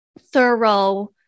thorough